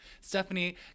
Stephanie